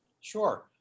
Sure